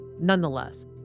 nonetheless